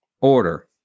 order